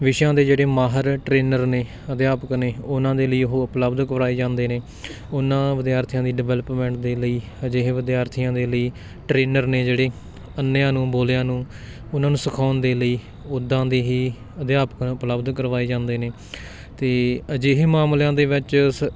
ਵਿਸ਼ਿਆਂ ਦੇ ਜਿਹੜੇ ਮਾਹਰ ਟ੍ਰੇਨਰ ਨੇ ਅਧਿਆਪਕ ਨੇ ਉਹਨਾਂ ਦੇ ਲਈ ਉਹ ਉਪਲਬਧ ਕਰਵਾਏ ਜਾਂਦੇ ਨੇ ਉਹਨਾਂ ਵਿਦਿਆਰਥੀਆਂ ਦੀ ਡਿਵੈਲਪਮੈਂਟ ਦੇ ਲਈ ਅਜਿਹੇ ਵਿਦਿਆਰਥੀਆਂ ਦੇ ਲਈ ਟ੍ਰੇਨਰ ਨੇ ਜਿਹੜੇ ਅੰਨ੍ਹਿਆਂ ਨੂੰ ਬੋਲਿਆਂ ਨੂੰ ਉਹਨਾਂ ਨੂੰ ਸਿਖਾਉਣ ਦੇ ਲਈ ਉੱਦਾਂ ਦੇ ਹੀ ਅਧਿਆਪਕ ਉਪਲਬਧ ਕਰਵਾਏ ਜਾਂਦੇ ਨੇ ਅਤੇ ਅਜਿਹੇ ਮਾਮਲਿਆਂ ਦੇ ਵਿੱਚ